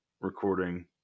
recording